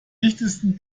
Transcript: dichtesten